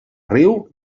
riu